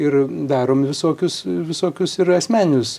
ir darom visokius visokius ir asmeninius